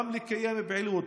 גם לקיים פעילות,